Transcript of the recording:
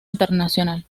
internacional